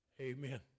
Amen